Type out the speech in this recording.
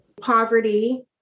Poverty